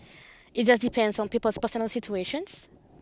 it just depends on people's personal situations